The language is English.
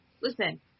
listen